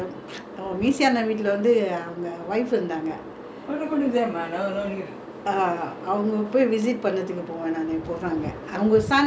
err அவங்க போய்:avangga poi visit பண்றதுக்கு போவ நானு எப்போது அங்க அவங்க:pandrathuku povae naanu yeppothu anggae avanga son னோ இவனுக்கோ ஒரே வயசு:no ivanuko orae vayasu my nephew age and my this [one] son so